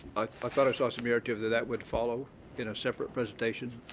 i thought i saw some narrative that that would follow in a separate presentation,